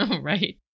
Right